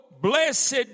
blessed